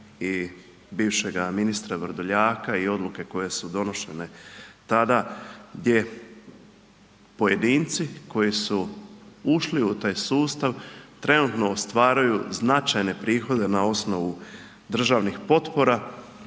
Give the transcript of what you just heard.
i bivšega ministra Vrdoljaka i odluke koje su donošene tada gdje pojedinci koji su ušli u taj sustav trenutno ostvaruju značajne prihode na osnovu državnih potpora,